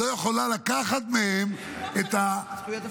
לא יכולה לקחת מהם את הזכויות.